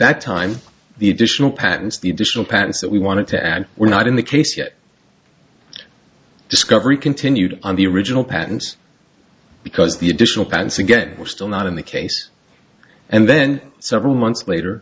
that time the additional patents the additional patents that we wanted to add were not in the case yet discovery continued on the original patents because the additional plants again were still not in the case and then several months later